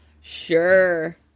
Sure